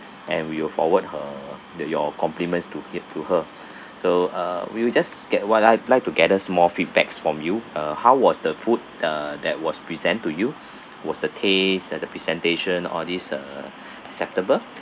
and we will forward her the your compliments to him to her so uh we will just get what I'd like to get us more feedbacks from you uh how was the food uh that was present to you was the taste and the presentation all these uh acceptable